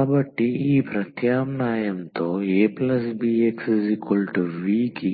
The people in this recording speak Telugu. కాబట్టి ఈ ప్రత్యామ్నాయంతో abxv కి